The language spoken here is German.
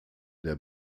der